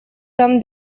там